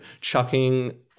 chucking